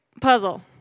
puzzle